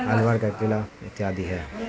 الور کا قلعہ اتیادی ہے